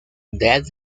dead